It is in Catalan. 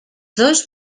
dos